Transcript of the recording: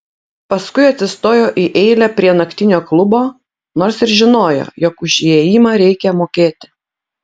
paskui atsistojo į eilę prie naktinio klubo nors ir žinojo jog už įėjimą reikia mokėti